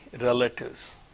relatives